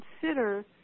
consider